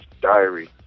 diary